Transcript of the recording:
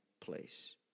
place